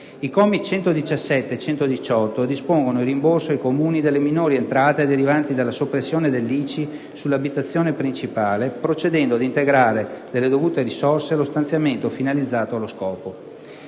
I commi 117 e 118 dispongono il rimborso ai Comuni delle minori entrate derivanti dalla soppressione dell'ICI sull'abitazione principale, procedendo ad integrare delle dovute risorse lo stanziamento finalizzato allo scopo.